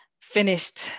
finished